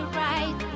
right